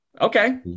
Okay